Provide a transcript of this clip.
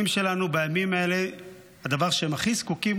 בימים האלה הדבר שהילדים שלנו הכי זקוקים